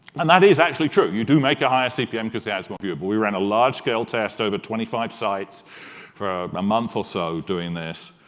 and that is actually true. you do make a higher cpm because the ad is more viewable. we ran a large-scale test on over twenty five sites for a month or so doing this,